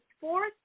fourth